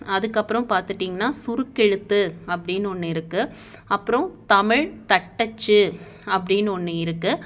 அதுக்கு அப்புறம் பார்த்துட்டிங்கன்னா சுருக்கெழுத்து அப்படினு ஒன்று இருக்குது அப்புறம் தமிழ் தட்டச்சு அப்படினு ஒன்று இருக்குது